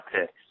picks